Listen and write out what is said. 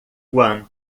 guam